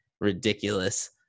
ridiculous